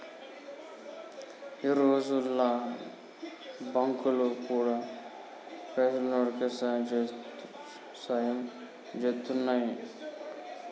ఈ రోజుల్ల బాంకులు గూడా పైసున్నోడికే సాయం జేత్తున్నయ్